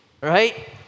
right